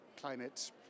climate